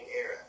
era